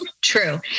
True